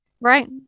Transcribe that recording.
right